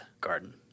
garden